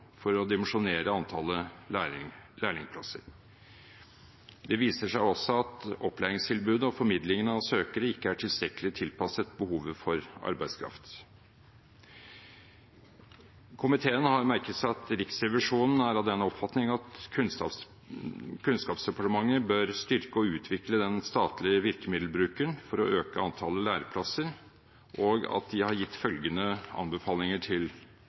for å dimensjonere antallet lærlingplasser. Det viser seg også at opplæringstilbudet og formidlingen av søkere ikke er tilstrekkelig tilpasset behovet for arbeidskraft. Komiteen har merket seg at Riksrevisjonen er av den oppfatning at Kunnskapsdepartementet bør styrke og utvikle den statlige virkemiddelbruken for å øke antallet læreplasser, og at de har gitt følgende anbefalinger til